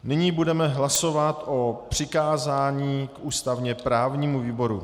Nyní budeme hlasovat o přikázání ústavněprávnímu výboru.